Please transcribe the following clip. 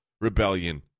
rebellion